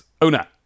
owner